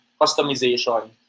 customization